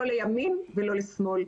לא לימין ולא לשמאל.